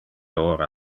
ora